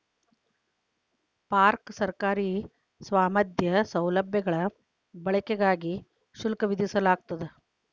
park ಸರ್ಕಾರಿ ಸ್ವಾಮ್ಯದ ಸೌಲಭ್ಯಗಳ ಬಳಕೆಗಾಗಿ ಶುಲ್ಕ ವಿಧಿಸಲಾಗ್ತದ